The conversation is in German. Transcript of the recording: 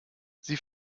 sie